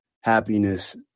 happiness